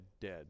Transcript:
dead